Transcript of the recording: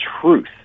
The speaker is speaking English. truth